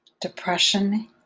depression